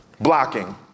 blocking